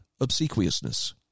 obsequiousness